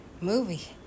movie